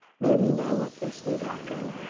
may we know what this new doctrine,